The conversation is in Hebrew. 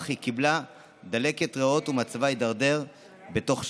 אך היא קיבלה דלקת ריאות ומצבה הידרדר בתוך שעות.